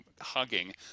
hugging